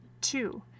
Two